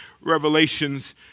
revelations